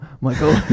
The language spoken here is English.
Michael